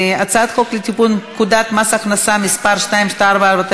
תודה רבה.